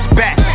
back